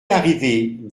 arrivés